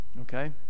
okay